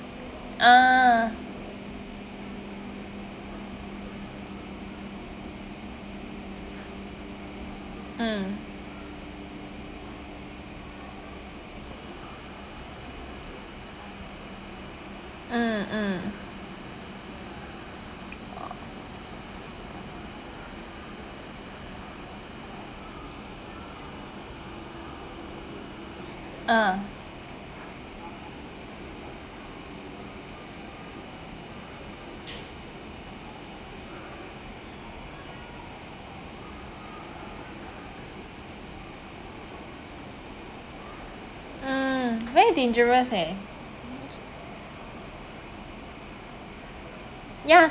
ah mm mm mm ah mm very dangerous eh ya